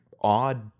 odd